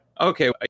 okay